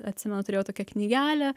atsimenu turėjau tokią knygelę